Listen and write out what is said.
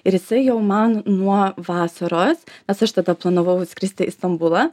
ir jisai jau man nuo vasaros nes aš tada planavau skristi į stambulą